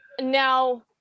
now